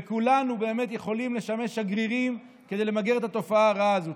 וכולנו באמת יכולים לשמש שגרירים כדי למגר את התופעה הרעה הזאת.